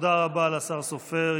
תודה רבה לשר סופר.